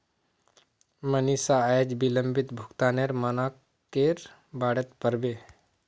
मनीषा अयेज विलंबित भुगतानेर मनाक्केर बारेत पढ़बे